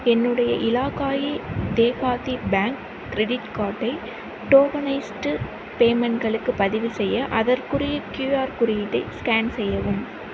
என்னுடைய Ellaquai Dehati bank credit கார்டை tokenized பேமெண்ட்களுக்கு பதிவுசெய்ய அதற்குரிய க்யூஆர் குறியீட்டை ஸ்கேன் செய்யவும்